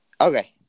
Okay